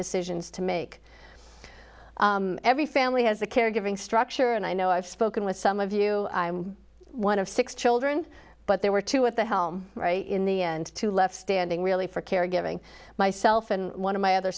decisions to make every family has a caregiving structure and i know i've spoken with some of you i'm one of six children but there were two at the helm right in the end two left standing really for caregiving myself and one of my other